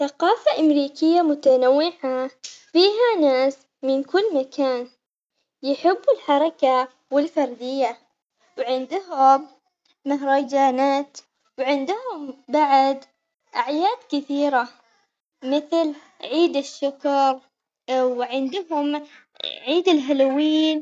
الكمبيوتر بيه المعالج، المعالج اللي يعالج البيانات والرام للذاكرة المؤقتة، والهارد ديسك للتخزين، بعد في الشاشة الشاشة لعرض البيانات والكيبورد والماوس يستخدم للتحكم.